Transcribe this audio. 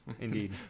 Indeed